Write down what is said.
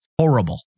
horrible